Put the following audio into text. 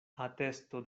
atesto